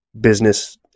business